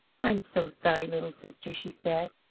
i'm so sorry, little sister! she said.